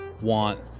want